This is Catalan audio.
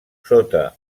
sota